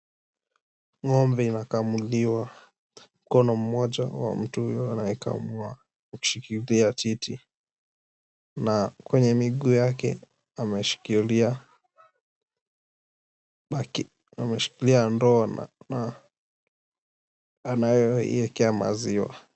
Ng'ombe inakamuliwa. Mkono moja wa mtu huyo anayekamua ukishikilia titi na kwenye miguu yake ameshikilia ndoo anayoiwekea maziwa.